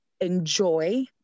enjoy